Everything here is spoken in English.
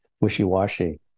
wishy-washy